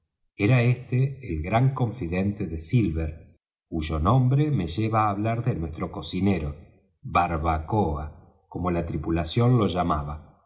era este el gran confidente de silver cuyo nombre me lleva á hablar de nuestro cocinero barbacoa como la tripulación lo llamaba